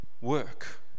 work